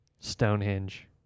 Stonehenge